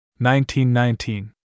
1919